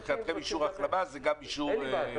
אני רק רוצה לחדד את זה מבחינתכם אישור החלמה זה גם אישור חיסון?